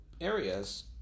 areas